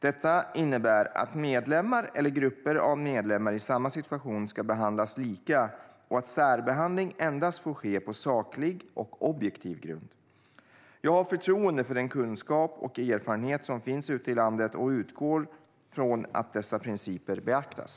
Detta innebär att medlemmar eller grupper av medlemmar i samma situation ska behandlas lika och att särbehandling endast får ske på saklig och objektiv grund. Jag har förtroende för den kunskap och erfarenhet som finns ute i landet och utgår från att dessa principer beaktas.